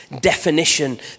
definition